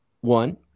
one